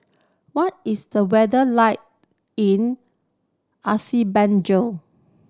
what is the weather like in Azerbaijan